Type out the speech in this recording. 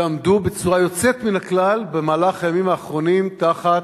שעמדו בצורה יוצאת מן הכלל בימים האחרונים תחת